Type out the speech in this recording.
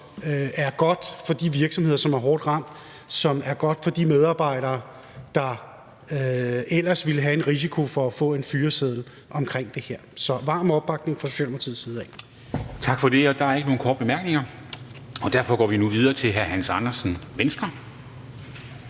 som er god for de virksomheder, som er hårdt ramt, og som er god for de medarbejdere, der ellers ville have en risiko for at få en fyreseddel. Så varm opbakning fra Socialdemokratiets side. Kl. 10:37 Formanden (Henrik Dam Kristensen): Tak for det. Og der er ikke nogen korte bemærkninger. Derfor går vi nu videre til hr. Hans Andersen, Venstre.